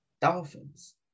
Dolphins